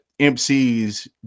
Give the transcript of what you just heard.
MCs